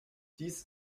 dies